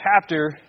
chapter